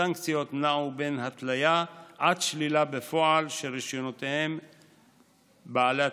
הסנקציות נעו בין התליה עד שלילה בפועל של רישיונות בעלי התפקידים.